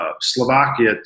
Slovakia